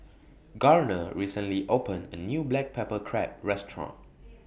Garner recently opened A New Black Pepper Crab Restaurant